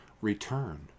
Return